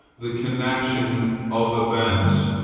the connection of events.